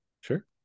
Sure